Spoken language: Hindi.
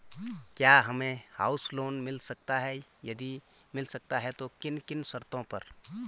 क्या हमें हाउस लोन मिल सकता है यदि मिल सकता है तो किन किन शर्तों पर?